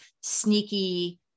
sneaky